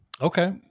Okay